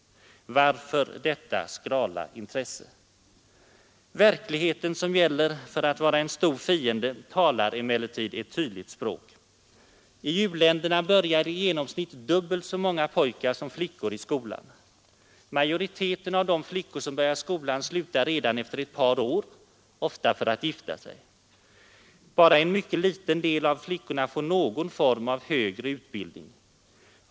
Varför detta skrala intresse? Verkligheten, som gäller för att vara en stor fiende, talar emellertid ett tydligt språk. I u-länderna börjar i genomsnitt dubbelt så många pojkar som flickor i skolan. Majoriteten av de flickor som börjar skolan slutar redan efter ett par år — ofta för att gifta sig. Bara en mycket liten del av flickorna får någon form av högre utbildning.